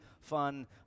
fun